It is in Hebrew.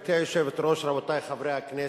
גברתי היושבת-ראש, רבותי חברי הכנסת,